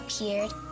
appeared